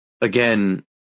again